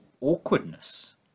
awkwardness